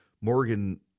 Morgan